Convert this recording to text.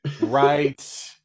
Right